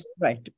Right